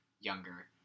younger